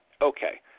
Okay